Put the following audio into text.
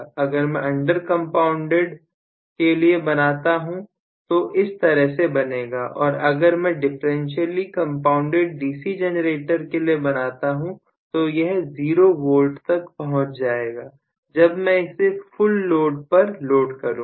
अगर मैं under compounded के लिए बनाता हूं तो इस तरह से बनेगा और अगर मैं डिफरेंशियली कंपाउंडेड डीसी जनरेटर के लिए बनाता हूं तो यह 0 वोल्ट पर पहुंच जाएगा जब मैं इसे फुल लोड पर लोड करूंगा